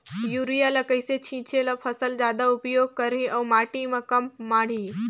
Urea ल कइसे छीचे ल फसल जादा उपयोग करही अउ माटी म कम माढ़ही?